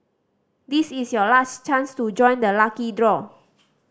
this is your last chance to join the lucky draw